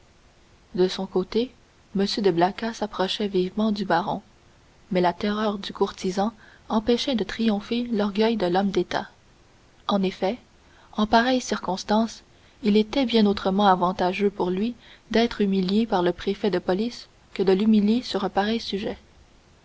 de son côté m de blacas s'approchait vivement du baron mais la terreur du courtisan empêchait de triompher l'orgueil de l'homme d'état en effet en pareille circonstance il était bien autrement avantageux pour lui d'être humilié par le préfet de police que de l'humilier sur un pareil sujet